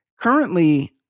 currently